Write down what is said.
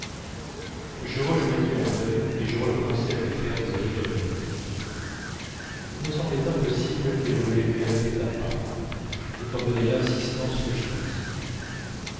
je rejoignis andrée recommençai à lui faire des éloges d'albertine il me semblait impossible qu'elle ne les lui répétât pas étant donnée l'insistance que j'y mis